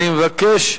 אני מבקש,